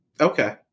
Okay